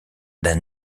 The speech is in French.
d’un